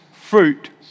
fruit